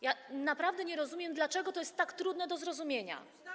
Ja naprawdę nie rozumiem, dlaczego to jest tak trudne do zrozumienia.